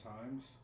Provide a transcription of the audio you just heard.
times